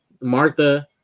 Martha